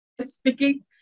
speaking